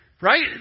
Right